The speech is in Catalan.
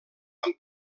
amb